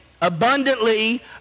abundantly